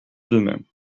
demain